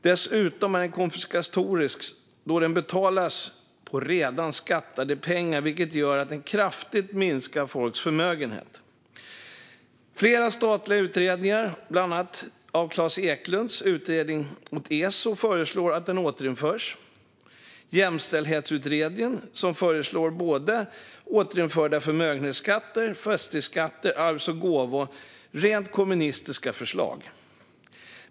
Dessutom är den konfiskatorisk, då den betalas med redan skattade pengar, vilket gör att den kraftigt minskar folks förmögenhet. Flera statliga utredningar, bland annat Klas Eklunds utredning åt ESO, föreslår att fastighetsskatten återinförs. Jämställdhetsutredningen föreslår återinförande av förmögenhetsskatt, fastighetsskatt, arvsskatt och gåvoskatt. Det är rent kommunistiska förslag.